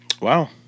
Wow